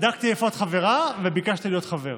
בדקתי איפה את חברה וביקשתי להיות חבר.